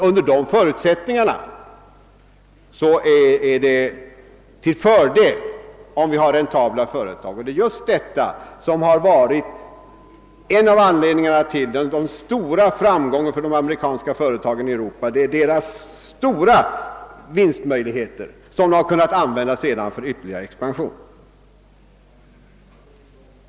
Under dessa förutsättningar är det alltså till fördel om vi har räntabla företag, och det är just detta som har varit en av anledningarna till den stora framgången för de amerikanska företagen i Europa. Deras stora vinster har kunnat användas för ytterligare expansion.